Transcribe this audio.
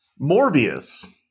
Morbius